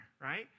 right